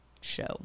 show